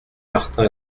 martin